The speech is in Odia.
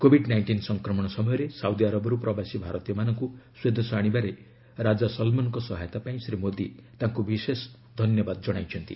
କୋବିଡ୍ ନାଇଷ୍ଟିନ୍ ସଂକ୍ରମଣ ସମୟରେ ସାଉଦି ଆରବରୁ ପ୍ରବାସୀ ଭାରତୀୟମାନଙ୍କୁ ସ୍ୱଦେଶ ଆଣିବାରେ ରାଜା ସଲ୍ମନଙ୍କ ସହାୟତା ପାଇଁ ଶ୍ରୀ ମୋଦୀ ତାଙ୍କୁ ବିଶେଷ ଧନ୍ୟବାଦ ଜଣାଇଛନ୍ତି